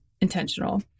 intentional